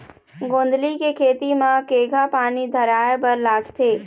गोंदली के खेती म केघा पानी धराए बर लागथे?